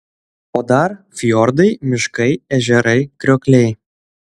o dar fjordai miškai ežerai kriokliai